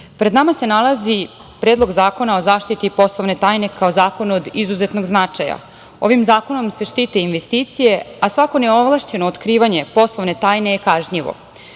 pred nama se nalazi predlog zakona o zaštiti poslovne tajne, kao zakon od izuzetnog značaja. Ovim zakonom se štite investicije, a svako neovlašćeno otkrivanje poslovne tajne je kažnjivo.